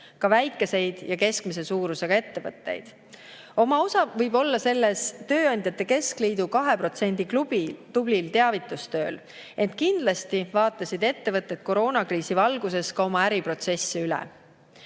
ka väikeseid ja keskmise suurusega ettevõtteid. Oma osa võib olla selles Eesti Tööandjate Keskliidu 2% klubi tublil teavitustööl, ent kindlasti vaatasid ettevõtted koroonakriisi valguses ka oma äriprotsessi üle.